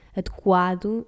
adequado